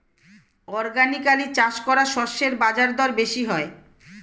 organically চাষ করা শস্যের বাজারদর বেশি হয়